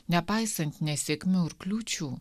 nepaisant nesėkmių ir kliūčių